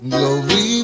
Glory